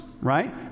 right